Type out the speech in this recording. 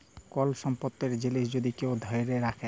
call সম্পত্তির জিলিস যদি কেউ ধ্যইরে রাখে